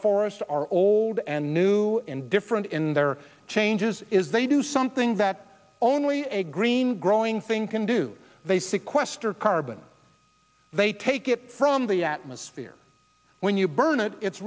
forests are old and new and different in their changes is they do something that only a green growing thing can do they sequester carbon they take it from the atmosphere when you burn it it's